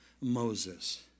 Moses